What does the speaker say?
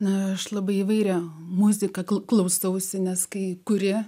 na aš labai įvairią muziką klausausi nes kai kurie